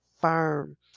firm